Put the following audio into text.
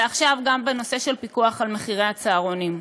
ועכשיו גם בנושא של פיקוח על מחירי הצהרונים.